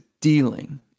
dealing